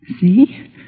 See